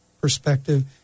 perspective